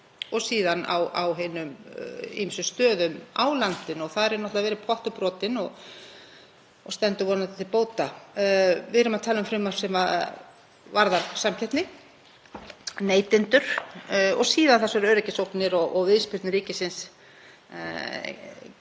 og síðan á hinum ýmsu stöðum á landinu og þar hefur náttúrlega verið pottur brotinn og stendur vonandi til bóta. Við erum að tala um frumvarp sem varðar samkeppni, neytendur og síðan þessar öryggisógnir og viðspyrnu ríkisins